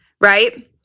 right